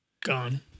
Gone